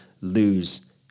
lose